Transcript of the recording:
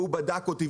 והוא בדק אותי.